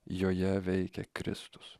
joje veikia kristus